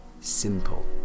Simple